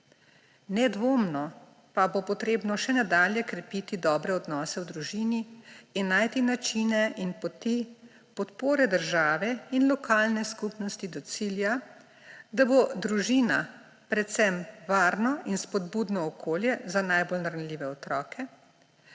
Nedvomno pa bo potrebno še nadalje krepiti dobre odnose v družini in najti načine in poti podpore države in lokalne skupnosti do cilja, da bo družina predvsem varno in spodbudno okolje za najbolj ranljive otroke